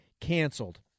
canceled